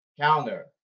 Counter